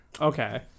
Okay